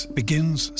begins